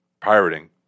pirating